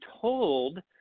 told